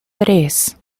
tres